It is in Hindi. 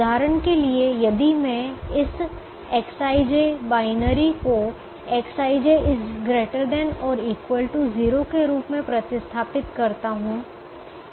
उदाहरण के लिए यदि मैं इस Xij बाइनरी को Xij ≥ 0 के रूप में प्रतिस्थापित करता हूं